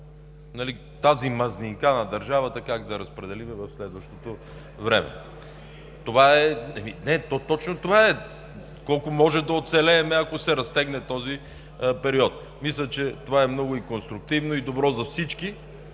тази мазнинка на държавата как да я разпределим в следващото време. (Смях.) То точно това е, колко може да оцелеем, ако се разтегне този период. Мисля, че това е много конструктивно и добро за всички,